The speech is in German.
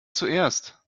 zuerst